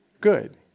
good